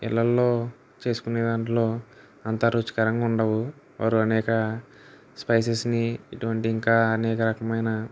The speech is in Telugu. ఇళ్ళల్లో చేసుకొనే దాంట్లో అంత రుచికరంగా ఉండవు వారు అనేక స్పైసెస్ని ఇటువంటి ఇంకా అనేక రకమైన